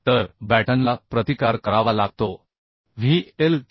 तर बॅटनला प्रतिकार करावा लागतो V L